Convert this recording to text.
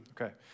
Okay